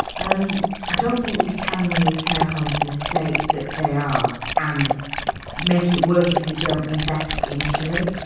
um i don't think you can run these care homes in the state that they are and make it work if you don't invest initially.